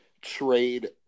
trade